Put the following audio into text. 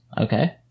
Okay